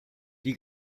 die